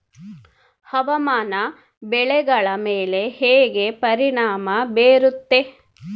ಹವಾಮಾನ ಬೆಳೆಗಳ ಮೇಲೆ ಹೇಗೆ ಪರಿಣಾಮ ಬೇರುತ್ತೆ?